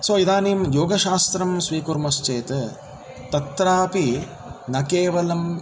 सो इदानीं योगशास्त्रं स्वीकुर्मश्चेत् तत्रापि न केवलं